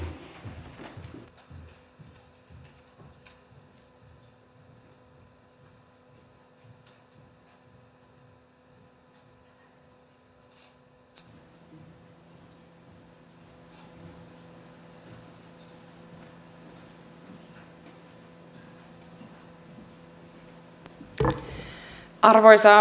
arvoisa puhemies